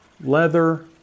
leather